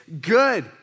good